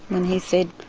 when he said,